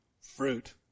fruit